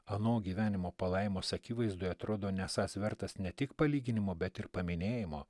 ano gyvenimo palaimos akivaizdoje atrodo nesąs vertas ne tik palyginimo bet ir paminėjimo